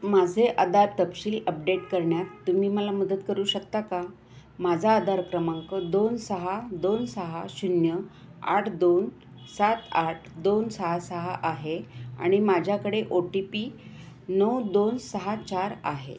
माझे आधार तपशील अपडेट करण्यात तुम्ही मला मदत करू शकता का माझा आधार क्रमांक दोन सहा दोन सहा शून्य आठ दोन सात आठ दोन सहा सहा आहे आणि माझ्याकडे ओ टी पी नऊ दोन सहा चार आहे